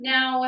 Now